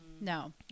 no